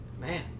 man